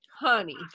honey